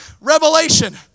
revelation